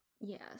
Yes